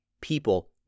People